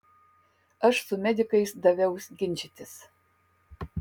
aš su medikais daviaus ginčytis